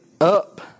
up